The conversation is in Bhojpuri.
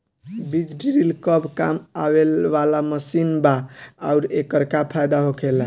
बीज ड्रील कब काम आवे वाला मशीन बा आऊर एकर का फायदा होखेला?